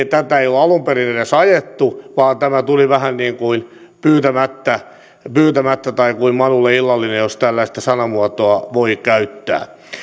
tätä ei ole alun perin edes ajettu vaan tämä tuli vähän niin kuin pyytämättä pyytämättä tai kuin manulle illallinen jos tällaista sanamuotoa voi käyttää